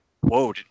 whoa